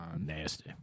nasty